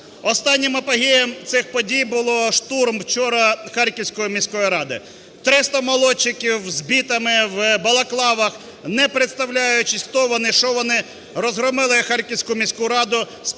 Останнім апогеєм цих подій був штурм вчора Харківської міської ради. Триста молодчиків з бітами, в балаклавах, не представляючись, хто вони, що вони, розгромили Харківську міську раду,